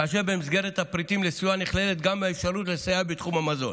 כאשר במסגרת הפריטים לסיוע נכללת גם האפשרות לסייע בתחום המזון.